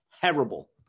terrible